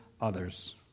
others